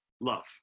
love